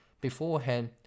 Beforehand